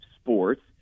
sports